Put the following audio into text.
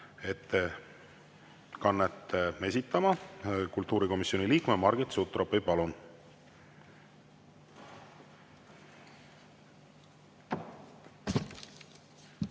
ettekannet esitama kultuurikomisjoni liikme Margit Sutropi. Palun!